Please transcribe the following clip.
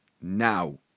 Now